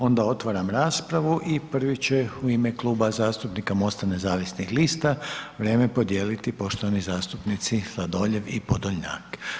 Onda otvaram raspravu i prvi će u ime Kluba zastupnika Mosta nezavisnih lista vrijeme podijeliti poštovani zastupnici Sladoljev i Podolnjak.